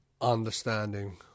understanding